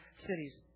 cities